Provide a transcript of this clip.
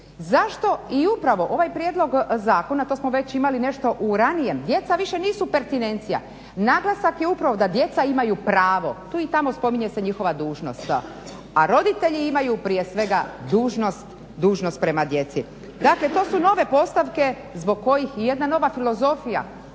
Zašto i upravo ovaj prijedlog zakona to smo već imali nešto u ranijem, djeca više nisu pertinencija, naglasak je upravo da djeca imaju pravo. Tu i tamo spominje se njihova dužnost, roditelji imaju prije svega dužnost prema djeci. Dakle to su nove postavke zbog kojih i jedna nova filozofija